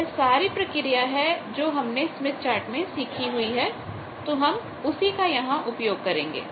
तो यह वह सारी प्रक्रिया है जो हमने स्मिथ चार्ट में सीखी हुई है तो हम उसी का यहां उपयोग करेंगे